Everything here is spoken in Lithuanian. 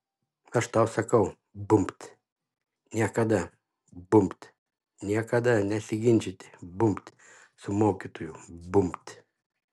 aš tau sakiau bumbt niekada bumbt niekada nesiginčyti bumbt su mokytoju bumbt